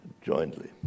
jointly